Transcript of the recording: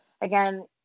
again